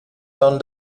ton